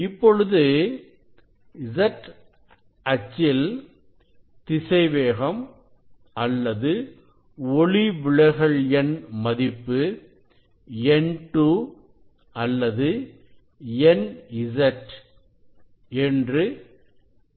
இப்பொழுது z அச்சில் திசைவேகம் அல்லது ஒளிவிலகல் எண் மதிப்பு n2 அல்லது nz என்று எடுத்துக்கொள்வோம்